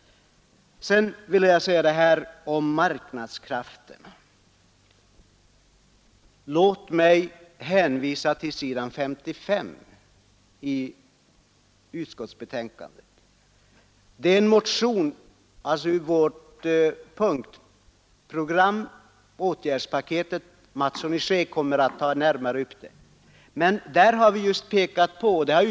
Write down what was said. Låt mig beträffande marknadskrafterna hänvisa till s. 55 i inrikesutskottets betänkande, där det redogörs för åtgärdspaketet i vår motion. Herr Mattsson i Skee kommer att gå närmare in på det. Vi har pekat på behovet av ytterligare sysselsättningstillfällen i skogslänen.